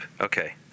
Okay